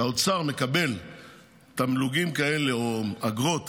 שהאוצר מקבל תמלוגים כאלה, או אגרות